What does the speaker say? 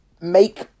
make